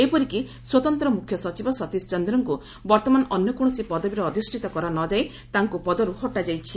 ଏପରିକି ସ୍ୱତନ୍ତ୍ର ମୁଖ୍ୟ ସଚିବ ସତୀଶ ଚନ୍ଦ୍ରଙ୍କୁ ବର୍ତ୍ତମାନ ଅନ୍ୟ କୌଣସି ପଦବୀର ଅଧିଷିତ କରାନଯାଇ ତାଙ୍କୁ ପଦରୁ ହଟାଯାଇଛି